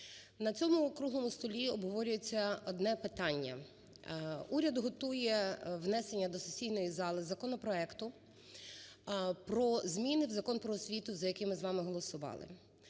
На цьому круглому столі обговорюється одне питання. Уряд готує внесення до сесійної зали законопроекту про зміни в Закон про освіту, за який ми з вами голосували.